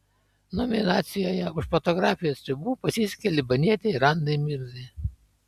nominacijoje už fotografijos ribų pasisekė libanietei randai mirzai